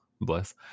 Bless